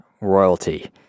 royalty